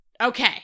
Okay